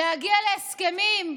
להגיע להסכמים.